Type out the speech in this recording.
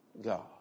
God